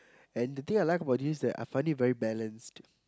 and the thing I like about this that I find it very balanced